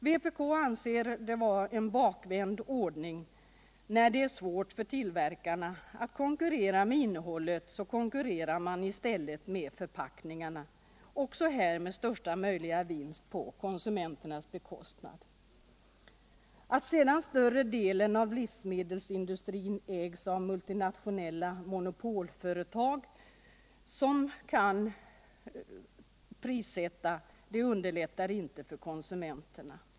Vpk anser det vara en bakvänd ordning att när det är svårt för tillverkarna att konkurrera med innehållet i stället konkurrera med förpackningarna, också här med största möjliga vinst på konsumenternas bekostnad. Att sedan större delen av livsmedelsindustrin ägs av multinationella 160 monopolföretag, som kan prissätta varorna, underlättar inte för konsumenterna.